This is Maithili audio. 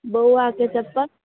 बौआके चप्पल